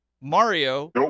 Mario